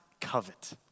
covet